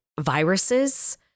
viruses